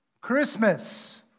Christmas